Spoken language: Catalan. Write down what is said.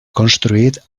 construït